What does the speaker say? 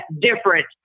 different